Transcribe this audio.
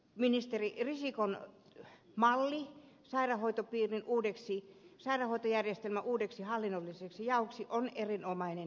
ministeri risikon malli sairaanhoitojärjestelmän uudeksi hallinnolliseksi jaoksi on erinomainen